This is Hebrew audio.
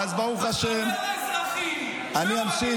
אז אתה אומר לאזרחים: תשמעו,